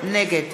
נגד